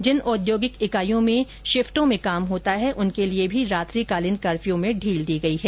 जिन औद्योगिक इकाइयों में शिफ्टों में काम होता है उनके लिए भी रात्रिकालीन कफ्यू में ढील दी गई है